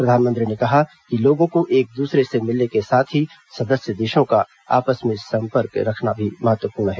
प्रधानमंत्री ने कहा कि लोगों को एक दूसरे से मिलने के साथ ही सदस्य देशों का आपस में संपर्क रखना भी महत्वपूर्ण है